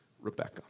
Rebecca